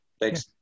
Thanks